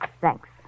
Thanks